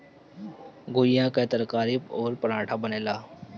घुईया कअ तरकारी अउरी पराठा बनेला